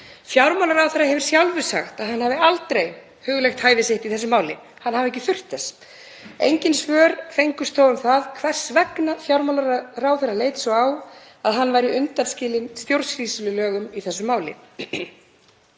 Fjármálaráðherra hefur sjálfur sagt að hann hafi aldrei hugleitt hæfi sitt í þessu máli, hafi ekki þurft þess. Engin svör fengust þó um það hvers vegna fjármálaráðherra leit svo á að hann væri undanskilinn stjórnsýslulögum í þessu máli.